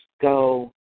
go